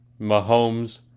Mahomes